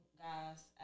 guys